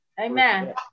Amen